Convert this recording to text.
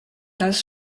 das